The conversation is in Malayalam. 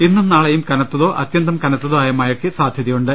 ഇന്നും നാളെയും കനത്തതോ അത്യന്തം കനത്തതോ ന ആയ മഴയ്ക്ക് സാധ്യതയുണ്ട്